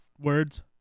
words